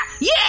Yeah